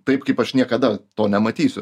taip kaip aš niekada to nematysiu